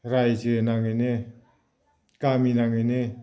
रायजो नाङैनो गामि नाङैनो